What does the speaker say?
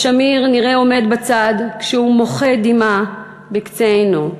ושמיר נראה עומד בצד כשהוא מוחה דמעה בקצה עינו.